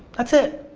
that's it.